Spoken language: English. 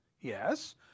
yes